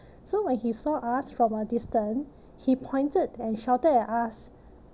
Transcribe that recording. so when he saw us from a distance he pointed and shouted at us